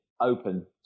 open